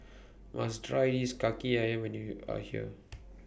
must Try IS Kaki Ayam when YOU Are here